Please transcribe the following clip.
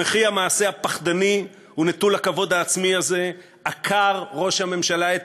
במחי המעשה הפחדני ונטול הכבוד העצמי הזה עקר ראש הממשלה את